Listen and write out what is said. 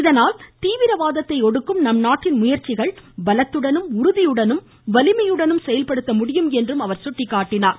இதனால் தீவிரவாதத்தை ஒடுக்கும் நம் நாட்டின் முயற்சிகள் பலத்துடனும் உறுதியுடனும் வலிமையுடனும் செயல்படுத்த முடியும் என்றும் அவர் சுட்டிக்காட்டினார்